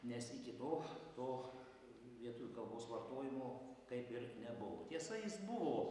nes iki to to lietuvių kalbos vartojimo kaip ir nebuvo tiesa jis buvo